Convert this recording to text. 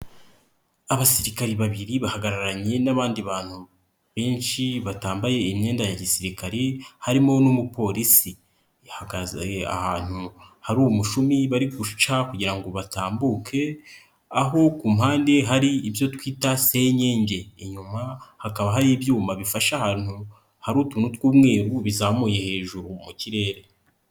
Abasirikare babiri bahagararanye n'abandi bantu benshi batambaye imyenda ya gisirikare harimo n'umupolisi, bahagaze ahantu hari umushumi bari guca kugira ngo batambuke, aho ku mpande hari ibyo twita senyenge, inyuma hakaba hari ibyuma bifasha ahantu hari utuntu tw'umweru bizamuye hejuru mu kirere.